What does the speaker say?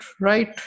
right